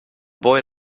boy